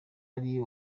ari